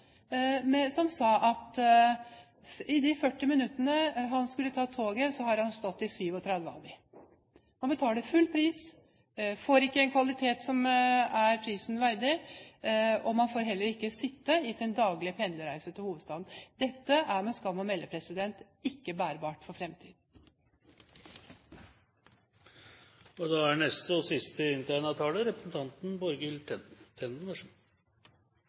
sa at av de 40 minuttene toget skulle ta, har det stått i 37. Han betaler full pris, han får ikke en kvalitet som er prisen verdig. Man får heller ikke sitte på sin daglige pendlerreise til hovedstaden. Dette er med skam å melde ikke bærekraftig for fremtiden. Ja, da fikk jeg SV inn i salen, og det er bra, for jeg savner en mer offensiv holdning fra det partiet. Det representanten